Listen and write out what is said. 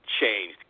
changed